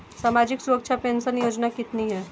सामाजिक सुरक्षा पेंशन योजना कितनी हैं?